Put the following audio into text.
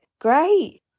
Great